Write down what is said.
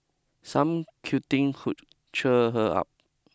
some cuddling could cheer her up